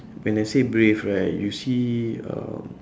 when I say brave right you see um